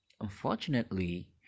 Unfortunately